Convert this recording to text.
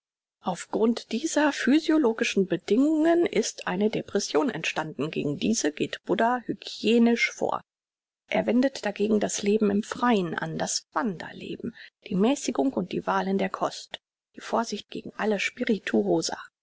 grund dieser physiologischen bedingungen ist eine depression entstanden gegen diese geht buddha hygienisch vor er wendet dagegen das leben im freien an das wanderleben die mäßigung und die wahl in der kost die vorsicht gegen alle